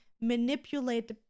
manipulate